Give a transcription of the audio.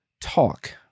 talk